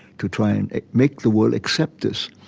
to try and make the world accept this.